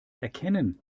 erkennen